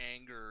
anger